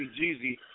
Jeezy